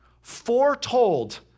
foretold